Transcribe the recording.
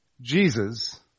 Jesus